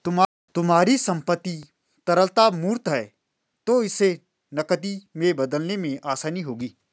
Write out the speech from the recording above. तुम्हारी संपत्ति तरलता मूर्त है तो इसे नकदी में बदलने में आसानी होगी